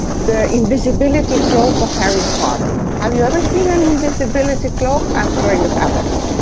the invisibility cloak of harry potter. have you ever seen an invisibility cloak? i'm sure you haven't.